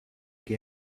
què